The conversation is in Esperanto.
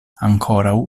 ankoraŭ